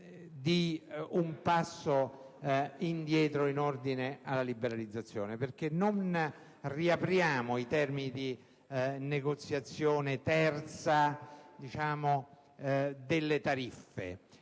di un passo indietro in ordine alla liberalizzazione, perché non riapriamo i termini di negoziazione terza delle tariffe,